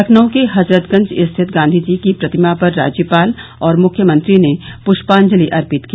लखनऊ के हजरतगंज स्थित गांधी जी की प्रतिमा पर राज्यपाल और मुख्यमंत्री ने पृष्पांजलि अर्पित की